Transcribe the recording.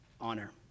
honor